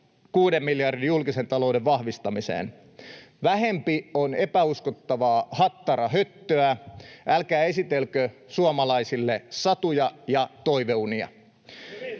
kuuden miljardin julkisen talouden vahvistamiseen. Vähempi on epäuskottavaa hattarahöttöä — älkää esitelkö suomalaisille satuja ja toive-unia.